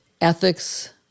ethics